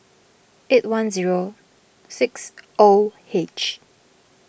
eight one zero six O H